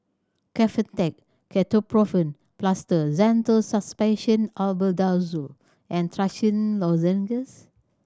Kefentech Ketoprofen Plaster Zental Suspension Albendazole and Trachisan Lozenges